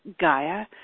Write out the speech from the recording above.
Gaia